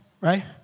right